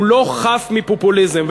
הוא לא חף מפופוליזם,